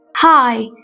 Hi